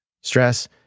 stress